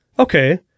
Okay